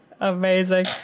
Amazing